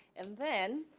and then,